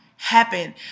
happen